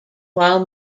while